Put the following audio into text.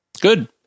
Good